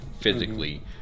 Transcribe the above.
physically